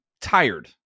tired